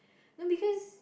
no because